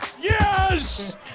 Yes